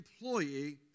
employee